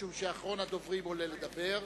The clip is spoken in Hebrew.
משום שאחרון הדוברים עולה לדבר.